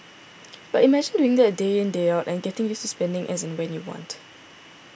but imagine doing that day in day out and getting used to spending as and when you want